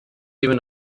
even